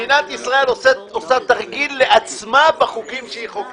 מדינת ישראל עושה תרגיל לעצמה בחוקים שהיא חוקקה.